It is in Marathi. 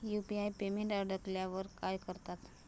यु.पी.आय पेमेंट अडकल्यावर काय करतात?